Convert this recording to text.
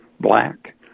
black